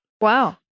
Wow